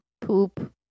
poop